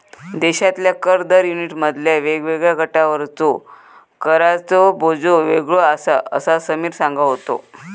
देशातल्या कर दर युनिटमधल्या वेगवेगळ्या गटांवरचो कराचो बोजो वेगळो आसा, असा समीर सांगा होतो